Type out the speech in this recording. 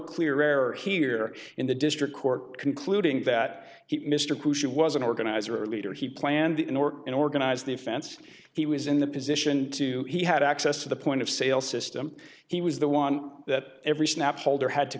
clear error here in the district court concluding that he mr boucher was an organizer a leader he planned in or an organized defense he was in the position to he had access to the point of sale system he was the one that every snap holder had to